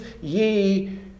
ye